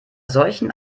solchen